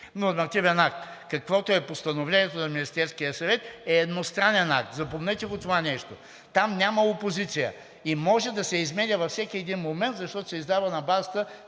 нормативен акт, каквото е Постановлението на Министерския съвет, е едностранен акт, запомнете го това нещо – там няма опозиция и може да се изменя във всеки един момент, защото се издава на базата